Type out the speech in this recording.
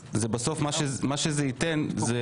אבל בסוף מה שזה ייתן,